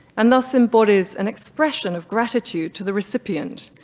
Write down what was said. and thus embodies an expression of gratitude to the recipient.